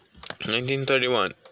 1931